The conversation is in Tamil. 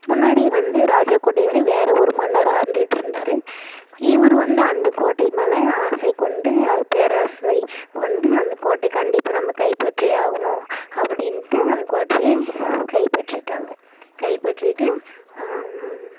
முன்னாடி வந்து ராஜா கோட்டையை வந்து வேறு ஒரு மன்னர் ஆண்டுகிட்டு இருந்தார் இவரு வந்து அந்த கோட்டை மேலே ஆசை கொண்டு அது பேராசை கொண்டு அந்த கோட்டை கண்டிப்பாக நம்ம கை பற்றியே ஆகணும் அப்படீன்ட்டு அந்த கோட்டையை கைப்பற்றிட்டாங்க கைப்பற்றிவிட்டு